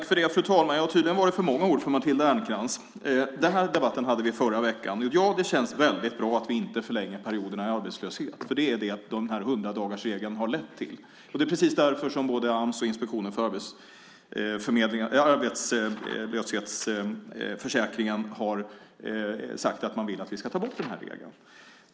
Fru talman! Tydligen var det för många ord för Maria Ernkrans. Den här debatten hade vi förra veckan. Och, ja, det känns väldigt bra att vi inte förlänger perioderna i arbetslöshet, för det är det som 100-dagarsregeln har lett till. Det är precis därför som både Ams och Inspektionen för arbetslöshetsförsäkringen har sagt att de vill att man ska ta bort den här regeln.